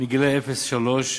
לגילאי אפס עד שלוש,